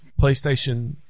Playstation